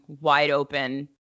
wide-open